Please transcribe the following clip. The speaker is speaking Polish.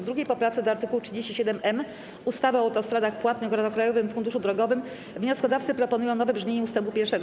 W 2. poprawce do art. 37m ustawy o autostradach płatnych oraz o Krajowym Funduszu Drogowym wnioskodawcy proponują nowe brzmienie ust. 1.